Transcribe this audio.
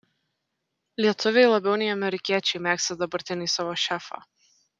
lietuviai labiau nei amerikiečiai mėgsta dabartinį savo šefą